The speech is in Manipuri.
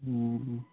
ꯎꯝ